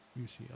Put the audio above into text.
UCL